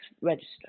register